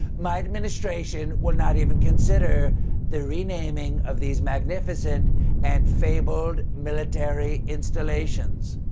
my administration will not even consider the renaming of these magnificent and fabled military installations.